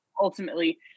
ultimately